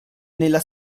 nella